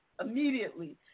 immediately